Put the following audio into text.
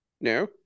No